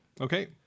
Okay